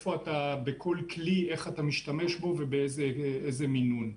כל כלי איך אתה משתמש בו ובאיזה מינון?